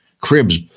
cribs